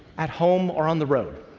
at home or on the road.